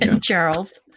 Charles